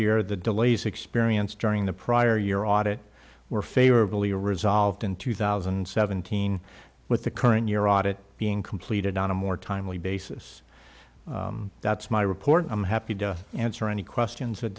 year the delays experienced during the prior year audit were favorably resolved in two thousand and seventeen with the current year audit being completed on a more timely basis that's my report i'm happy to answer any questions at